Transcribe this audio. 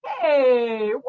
hey